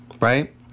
right